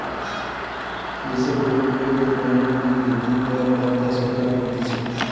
দেশের গরিব লোকদের কল্যাণের লিগে দিন দয়াল উপাধ্যায় সরকার করতিছে